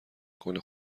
میکنه